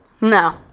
No